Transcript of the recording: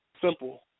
Simple